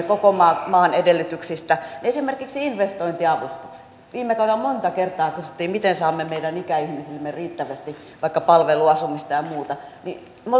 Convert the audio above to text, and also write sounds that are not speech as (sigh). (unintelligible) koko maan maan edellytyksistä otan esimerkiksi investointiavustukset viime kaudella monta kertaa kysyttiin miten saamme meidän ikäihmisillemme riittävästi vaikka palveluasumista ja muuta ja me (unintelligible)